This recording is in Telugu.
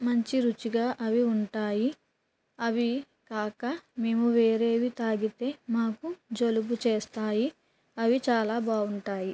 మంచి రుచిగా అవి ఉంటాయి అవి కాక మేము వేరేవి తాగితే మాకు జలుబు చేస్తుంది అవి చాలా బాగుంటాయి